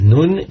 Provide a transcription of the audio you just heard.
Nun